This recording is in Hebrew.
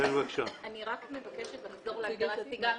אני ממשרד העבודה.